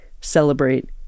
celebrate